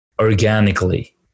organically